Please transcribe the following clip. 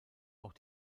auch